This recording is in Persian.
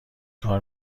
کار